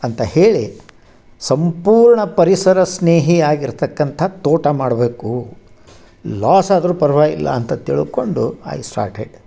ಅಂತ ಹೇಳಿ ಸಂಪೂರ್ಣ ಪರಿಸರ ಸ್ನೇಹಿಯಾಗಿರ್ತಕ್ಕಂಥ ತೋಟ ಮಾಡಬೇಕು ಲಾಸ್ ಆದರೂ ಪರವಾಗಿಲ್ಲ ಅಂತ ತಿಳ್ಕೊಂಡು ಐ ಸ್ಟಾರ್ಟೆಡ್